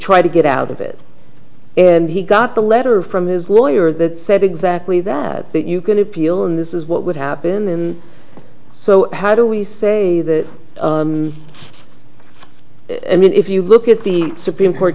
try to get out of it and he got a letter from his lawyer that said exactly that you can appeal and this is what would happen and so how do we say that i mean if you look at the supreme court